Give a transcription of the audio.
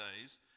days